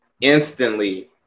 instantly